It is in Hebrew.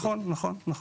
נכון, נכון.